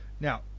now